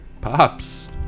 Pops